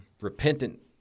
repentant